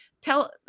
tell